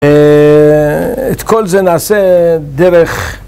את כל זה נעשה דרך...